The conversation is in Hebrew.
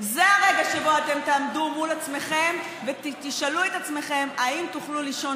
זה הרגע שבו אתם תעמדו מול עצמכם ותשאלו את עצמכם אם תוכלו לישון